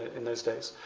in those days.